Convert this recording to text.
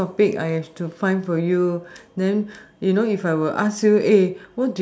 which topic I have to find for you then you know if I were to ask you eh